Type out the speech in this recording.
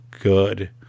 good